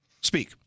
Speak